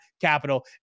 capital